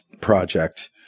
project